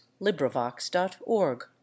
LibriVox.org